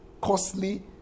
costly